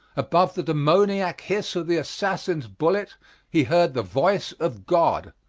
above the demoniac hiss of the assassin's bullet he heard the voice of god.